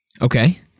Okay